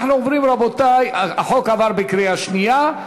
החוק עבר בקריאה שנייה.